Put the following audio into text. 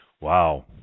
Wow